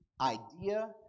idea